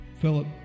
Philip